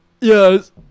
yes